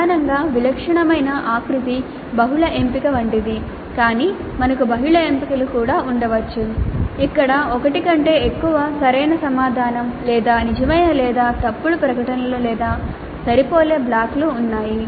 ప్రధానంగా విలక్షణమైన ఆకృతి బహుళ ఎంపిక వంటిది కాని మనకు బహుళ ఎంపికలు కూడా ఉండవచ్చు ఇక్కడ ఒకటి కంటే ఎక్కువ సరైన సమాధానం లేదా నిజమైన లేదా తప్పుడు ప్రకటనలు లేదా సరిపోలే బ్లాక్లు ఉన్నాయి